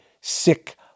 sick